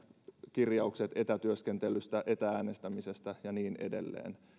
kirjaukset etätyöskentelystä etä äänestämisestä ja niin edelleen